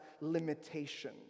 limitation